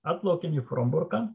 atplaukėme į fromburką